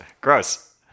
Gross